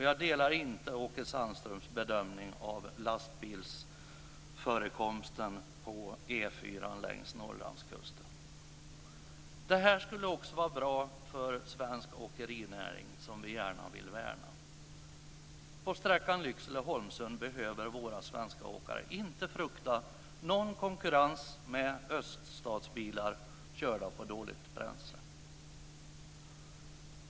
Jag delar inte Åke Sandströms bedömning när det gäller lastbilsförekomsten på Det här skulle också vara bra för svensk åkerinäring, som vi gärna vill värna. På sträckan Lycksele Holmsund behöver våra svenska åkare inte frukta någon konkurrens från öststatsbilar körda på dåligt bränsle.